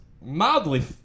mildly –